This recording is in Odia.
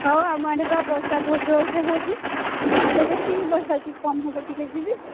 ହଉ ଆମ ଆଡ଼େ ତ ବର୍ଷା ବହୁତ ଜୋର ସେ ହେଉଛି ନହେଲେ ଦେଖିବି ବର୍ଷା ଟିକେ କମ୍ ହେବ ଟିକେ ଯିବି